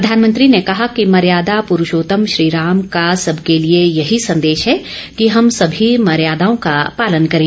प्रधानमंत्री ने कहा कि मर्यादा पुरूषोत्तम श्रीराम का सबके लिए यही संदेश है कि हम सभी मर्यादाओं का पालन करें